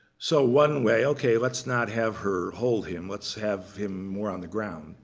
so one way ok, let's not have her hold him. let's have him more on the ground.